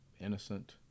innocent